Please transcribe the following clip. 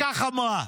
כך אמרה: